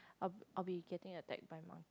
I I'll be getting attacked by monkey